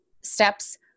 steps